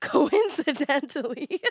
Coincidentally